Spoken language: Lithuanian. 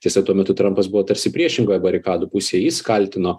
tiesa tuo metu trampas buvo tarsi priešingoje barikadų pusėj jis kaltino